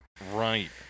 right